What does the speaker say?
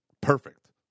Perfect